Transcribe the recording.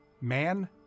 man